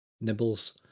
nibbles